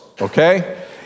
okay